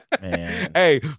hey